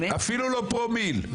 אפילו לא פרומיל.